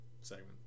segment